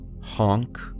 Honk